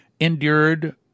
endured